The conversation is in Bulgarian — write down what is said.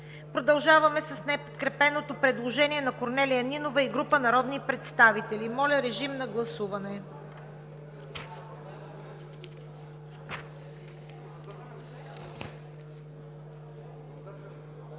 Продължаваме с неподкрепеното предложение на народния представител Корнелия Нинова и група народни представители. Моля, режим на гласуване.